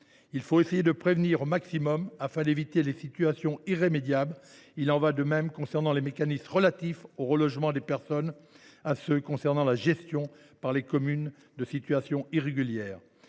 Il faut essayer de prévenir au maximum afin d’éviter les situations irrémédiables. Il en va de même pour les mécanismes relatifs au relogement de personnes et pour ceux qui portent sur la gestion de situations irrégulières